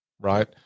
Right